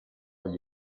gli